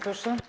Proszę.